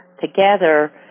together